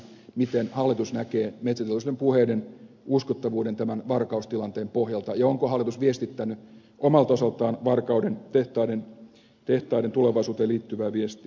miten hallitus näkee metsäteollisuuden puheiden uskottavuuden tämän varkaus tilanteen pohjalta ja onko hallitus viestittänyt omalta osaltaan varkauden tehtaiden tulevaisuuteen liittyvää viestiä